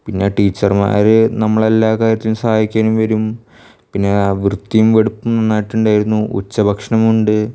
പിന്നെ ടീച്ചര്മാര് നമ്മളെല്ലാ കാര്യത്തിനു സഹായിക്കാനും വരും പിന്നെ വൃത്തിയും വെടിപ്പും നന്നായിട്ടുണ്ടായിരുന്നു ഉച്ചഭക്ഷണവുമുണ്ട്